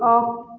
of